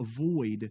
avoid